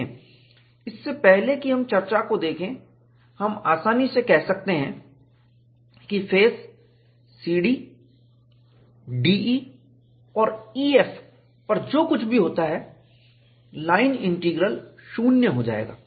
देखें इससे पहले कि हम चर्चा को देखें आप आसानी से कह सकते हैं कि फेस CD DE और EF पर जो कुछ भी होता है लाइन इंटीग्रल शून्य हो जायेगा